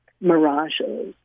mirages